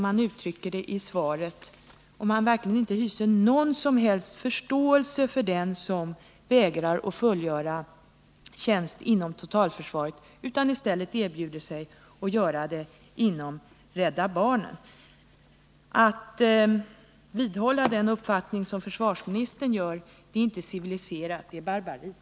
Hyser försvarsministern verkligen inte någon som helst förståelse för den som vägrar fullgöra tjänst inom totalförsvaret och som i stället erbjuder sig att fullgöra sin tjänst inom Rädda barnen? Att vidhålla den uppfattning som försvarsministern ger uttryck åt är inte civiliserat — det är barbariskt!